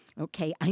Okay